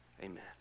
Amen